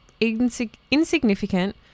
insignificant